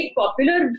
popular